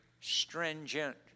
stringent